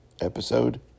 episode